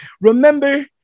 Remember